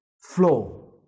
flow